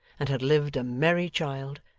and had lived a merry child,